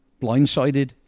blindsided